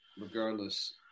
regardless